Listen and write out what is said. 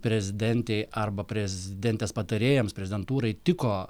prezidentei arba prezidentės patarėjams prezidentūrai tiko